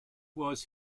was